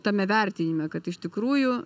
tame vertinime kad iš tikrųjų